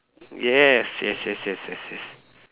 yes yes yes yes yes yes